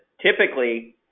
typically